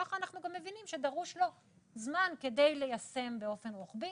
כך אנחנו גם מבינים שדרוש לו זמן כדי ליישם באופן רוחבי.